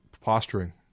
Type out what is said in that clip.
posturing